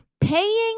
paying